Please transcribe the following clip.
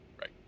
Right